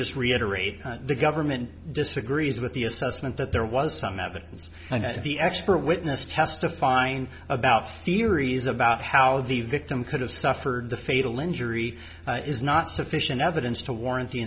just reiterate the government disagrees with the assessment that there was some evidence and the expert witness testifying about theories about how the victim could have suffered the fatal injury is not sufficient evidence to warrant